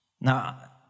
Now